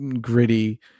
gritty